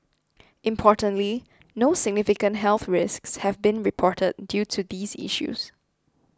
importantly no significant health risks have been reported due to these issues